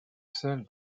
seul